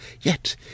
Yet